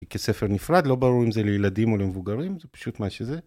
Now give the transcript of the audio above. כספר נפרד, לא ברור אם זה לילדים או למבוגרים, זה פשוט מה שזה.